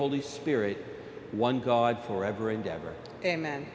holy spirit one god forever and ever amen